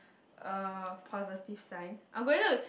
a positive sign I'm going to